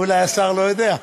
אולי השר לא יודע.